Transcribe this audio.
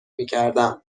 میکردم